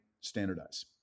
standardize